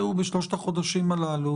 ראו בשלושת החודשים הללו